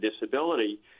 disability